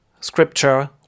scripture